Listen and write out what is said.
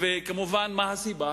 וכמובן, מה הסיבה?